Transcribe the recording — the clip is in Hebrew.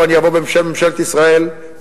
ואני אבוא בשם ממשלת ישראל,